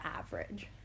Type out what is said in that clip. average